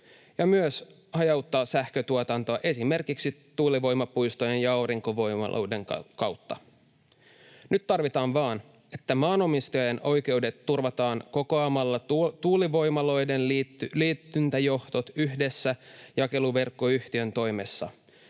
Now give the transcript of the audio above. ja myös hajauttaa sähköntuotantoa esimerkiksi tuulivoimapuistojen ja aurinkovoimaloiden kautta. Nyt tarvitaan vain, että maanomistajien oikeudet turvataan kokoamalla tuulivoimaloiden liityntäjohdot yhdessä, jakeluverkkoyhtiön toimesta.